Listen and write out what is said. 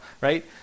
right